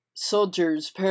Soldiers